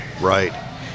right